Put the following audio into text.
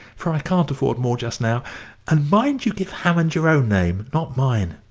for i can't afford more just now and mind you give hammond your own name, not mine.